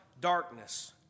darkness